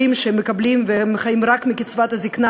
שמקבלים וחיים רק מקצבת הזיקנה,